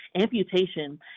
amputation